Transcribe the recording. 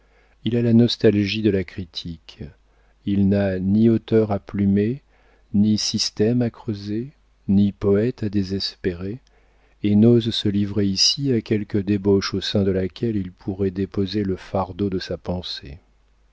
il a la nostalgie de la critique il n'a ni auteur à plumer ni système à creuser ni poète à désespérer et n'ose se livrer ici à quelque débauche au sein de laquelle il pourrait déposer le fardeau de sa pensée